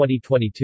2022